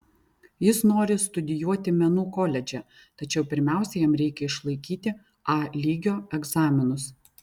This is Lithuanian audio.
jis nori studijuoti menų koledže tačiau pirmiausia jam reikia išlaikyti a lygio egzaminus